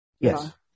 Yes